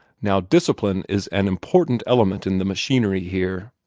now discipline is an important element in the machinery here.